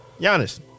Giannis